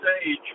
stage